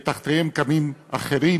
ותחתיהם קמים אחרים.